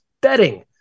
Betting